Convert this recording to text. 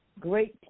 Great